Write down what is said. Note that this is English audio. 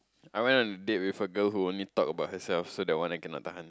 I went to a date with a girl who only talked about herself so that one I cannot tahan